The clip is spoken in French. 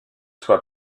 soit